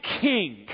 King